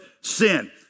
sin